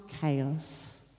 chaos